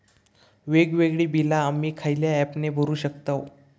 वेगवेगळी बिला आम्ही खयल्या ऍपने भरू शकताव?